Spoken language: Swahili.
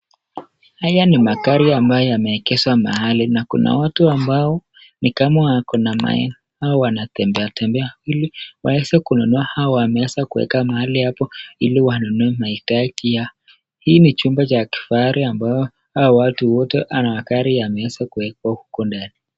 Haya ni magari ambayo yameegeshwa mahali na kuna watu ambao ni kama wako na wanatembeatembea ili waweze kununua. Hao wameweza kuweka mahali hapo ili wanunue mahitaji ya. Hii ni chumba cha kifahari ambapo hawa watu wote na hao magari yameweza kuwekwa huku ndani.